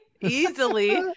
Easily